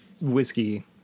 whiskey